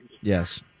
Yes